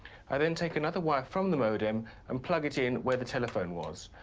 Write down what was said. i then take another wire from the modem and plug it in where the telephone was.